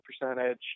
percentage